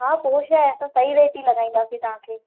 हा पोइ छाहे असां सही रेट ई लॻाईंदासीं तव्हांखे